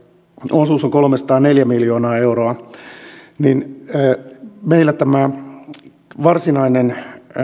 osuus on kolmesataaneljä miljoonaa euroa niin meillä tämä varsinainen